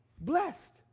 blessed